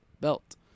belt